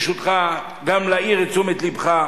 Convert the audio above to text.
ברשותך, גם להעיר את תשומת לבך,